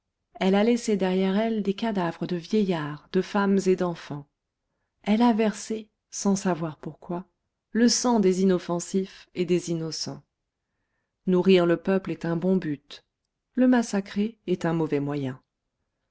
elle a laissé derrière elle des cadavres de vieillards de femmes et d'enfants elle a versé sans savoir pourquoi le sang des inoffensifs et des innocents nourrir le peuple est un bon but le massacrer est un mauvais moyen